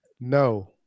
no